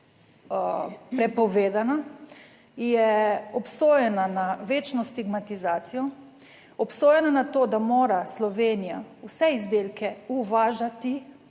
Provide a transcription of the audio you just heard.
prepovedana, je obsojena na večno stigmatizacijo, obsojena na to, da mora Slovenija vse izdelke uvažati,